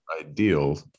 Ideal